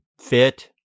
fit